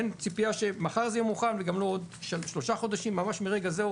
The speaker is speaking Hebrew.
אין ציפייה שמחר זה יהיה מוכן וגם לא עוד שלושה חודשים או ממש מרגע זה,